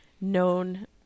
known